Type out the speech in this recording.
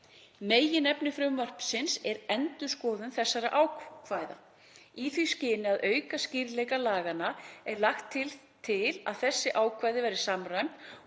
Meginefni frumvarpsins er endurskoðun þessara ákvæða. Í því skyni að auka skýrleika laganna er lagt til að þessi ákvæði verði samræmd